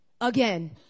again